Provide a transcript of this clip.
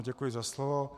Děkuji za slovo.